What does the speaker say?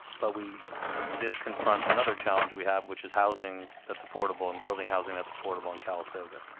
but we this confronts another challenge we have which is housing that's affordable in building housing that's affordable in calistoga